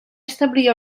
establir